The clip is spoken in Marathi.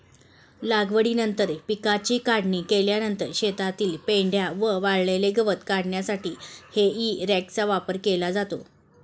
लागवडीनंतर पिकाची काढणी केल्यानंतर शेतातील पेंढा व वाळलेले गवत काढण्यासाठी हेई रॅकचा वापर केला जातो